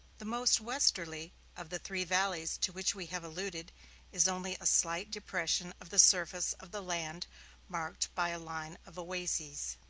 the most westerly of the three valleys to which we have alluded is only a slight depression of the surface of the land marked by a line of oases.